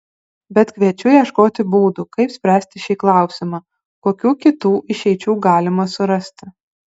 bet kviečiu ieškoti būdų kaip spręsti šį klausimą kokių kitų išeičių galima surasti